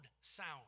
sound